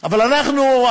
אבל אנחנו,